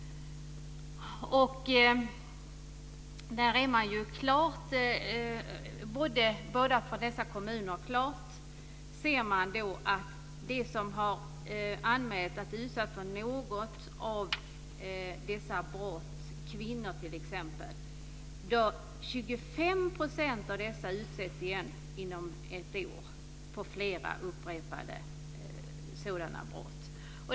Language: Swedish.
I båda dessa kommuner ser man klart att 25 % av dem som har anmält att de är utsatta för något av dessa brott - kvinnor t.ex. - utsätts igen inom ett år för sådana brott.